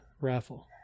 raffle